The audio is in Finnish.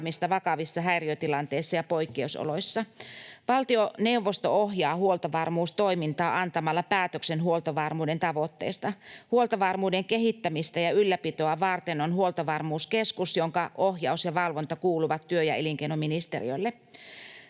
Valtioneuvosto ohjaa huoltovarmuustoimintaa antamalla päätöksen huoltovarmuuden tavoitteista. Huoltovarmuuden kehittämistä ja ylläpitoa varten on Huoltovarmuuskeskus, jonka ohjaus ja valvonta kuuluvat työ- ja elinkeinoministeriölle.